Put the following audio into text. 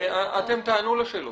אתם תענו לשאלות.